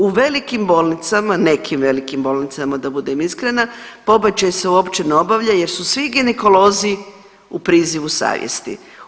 U velikim bolnicama, nekim velikim bolnicama da budem iskrena pobačaj se uopće ne obavlja jer su svi ginekolozi u prizivu savjesti.